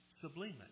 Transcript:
Sublime